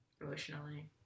emotionally